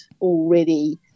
already